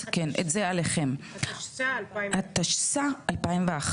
התשט"א-2001,